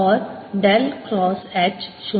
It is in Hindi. और डेल क्रॉस H 0 है